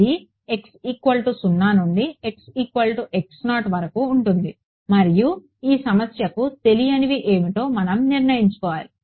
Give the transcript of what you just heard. ఇది x0 నుండి x x0 వరకు ఉంటుంది మరియు ఈ సమస్యకు తెలియనివి ఏమిటో మనం నిర్ణయించుకోవాలి